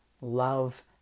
love